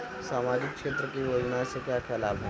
सामाजिक क्षेत्र की योजनाएं से क्या क्या लाभ है?